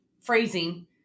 phrasing